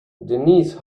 denise